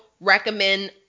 recommend